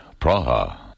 Praha